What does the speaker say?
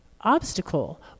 obstacle